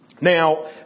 Now